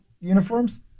uniforms